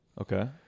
Okay